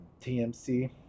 TMC